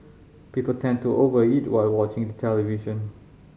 people tend to over eat while watching the television